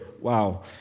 Wow